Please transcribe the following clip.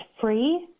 free